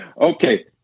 Okay